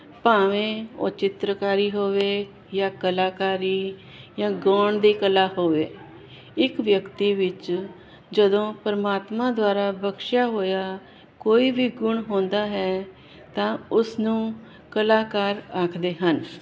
ਭਾਵੇਂ ਉਹ ਚਿੱਤਰਕਾਰੀ ਹੋਵੇ ਜਾਂ ਕਲਾਕਾਰੀ ਯਾਂ ਗਾਉਣ ਦੀ ਕਲਾ ਹੋਵੇ ਇਕ ਵਿਅਕਤੀ ਵਿੱਚ ਜਦੋਂ ਪਰਮਾਤਮਾ ਦੁਆਰਾ ਬਖਸ਼ਿਆ ਹੋਇਆ ਕੋਈ ਵੀ ਗੁਣ ਹੁੰਦਾ ਹੈ ਤਾਂ ਉਸਨੂੰ ਕਲਾਕਾਰ ਆਖਦੇ ਹਨ